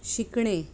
शिकणे